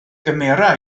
gymera